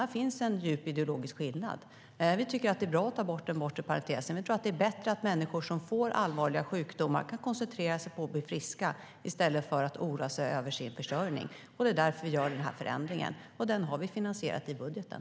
Här finns en djup ideologisk skillnad. Vi tycker att det är bra att ta bort den bortre parentesen. Vi tror att det är bättre att människor som får allvarliga sjukdomar kan koncentrera sig på att bli friska i stället för att oroa sig för sin försörjning. Det är därför vi gör denna förändring, och vi har finansierat den i budgeten.